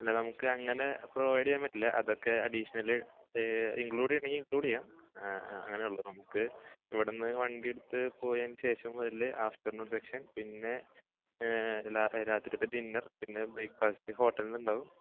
അല്ല നമുക്കങ്ങനെ പ്രൊവൈഡ് ചെയ്യാൻ പറ്റില്ല അതൊക്കെ അഡീഷനൽ ഇൻക്ലൂഡ് ചെയ്യണെങ്കിൽ ഇൻക്ലൂഡ് ചെയ്യാം ആ അങ്ങനെയുള്ളു നമുക്ക് ഇവിടെ നിന്ന് വണ്ടിയെടുത്ത് പോയതിന് ശേഷം മുതൽ ആഫ്റ്റർനൂൺ സെഷൻ പിന്നെ രാത്രിയിലത്തെ ഡിന്നർ പിന്നെ ബ്രേക്ക്ഫാസ്റ്റ് ഹോട്ടലിന്നുണ്ടാവും